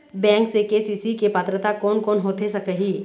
Bank से KCC के पात्रता कोन कौन होथे सकही?